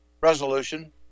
resolution